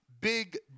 Big